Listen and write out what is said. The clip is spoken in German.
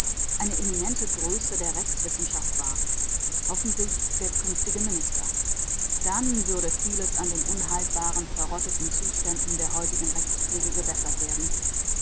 eine eminente größe der rechtswissenschaft war hoffentlich der künftige minister dann würde vieles an den unhaltbaren verrotteten zuständen der heutigen rechtspflege gebessert werden